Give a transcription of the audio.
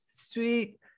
Sweet